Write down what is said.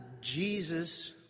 Jesus